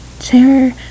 chair